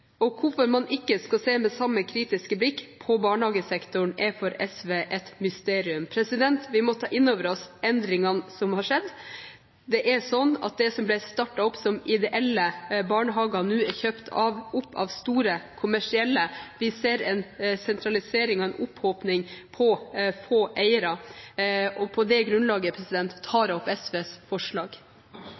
Og hvorfor man ikke skal se med samme kritiske blikk på barnehagesektoren, er for SV et mysterium. Vi må ta innover oss endringene som har skjedd. Det er sånn at det som ble startet opp som ideelle barnehager, nå er kjøpt opp av store kommersielle. Vi ser en sentralisering og en opphopning på få eiere. På det grunnlaget tar jeg opp SVs forslag.